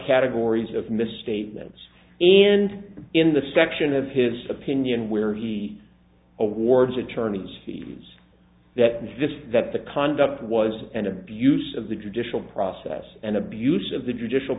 categories of misstatements and in the section of his opinion where he awards attorney's fees that exist that the conduct was an abuse of the judicial process and abuse of the judicial